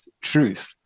truth